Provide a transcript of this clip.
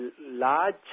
large